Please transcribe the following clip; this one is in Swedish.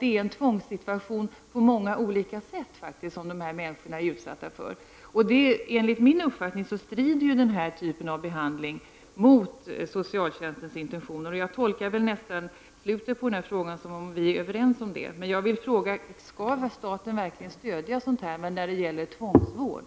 Det är på många olika sätt en tvångssituation som dessa människor utsätts för. Enligt min mening strider denna typ av behandling mot socialtjänstens intentioner. Jag tolkar slutet av svaret på min fråga som att vi är överens om detta. Skall staten verkligen stödja sådant när det gäller tvångsvård?